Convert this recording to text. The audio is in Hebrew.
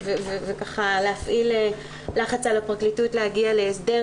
ולהפעיל לחץ על הפרקליטות להגיע להסדר,